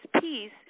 peace